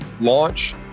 launch